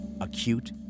Acute